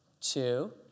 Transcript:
two